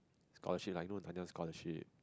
scholarship like know scholarship